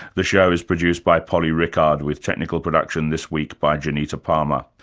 the show is produced by polly rickard, with technical production this week by janita palmer.